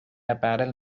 apparel